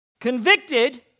Convicted